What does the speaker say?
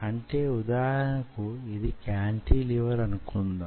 అంటే ఉదాహరణకు ఇది కాంటీలివర్ అనుకుందాం